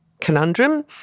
conundrum